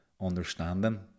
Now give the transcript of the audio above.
understanding